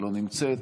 לא נמצאת,